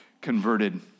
converted